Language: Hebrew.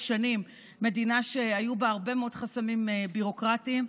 שנים מדינה שהיו בה הרבה מאוד חסמים ביורוקרטיים,